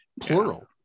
Plural